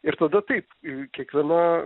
ir tada taip i kiekviena